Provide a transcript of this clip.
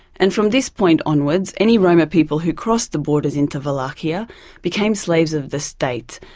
and from this point onwards, any roma people who crossed the borders into wallachia became slaves of the state.